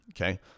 okay